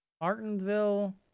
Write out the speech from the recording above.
Martinsville